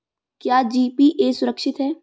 क्या जी.पी.ए सुरक्षित है?